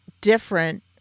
different